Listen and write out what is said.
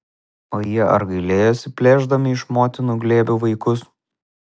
o jie ar gailėjosi plėšdami iš motinų glėbių vaikus